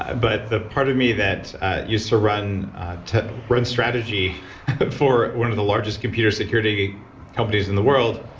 but the part of me that used to run to run strategy for one of the largest computer security companies in the world,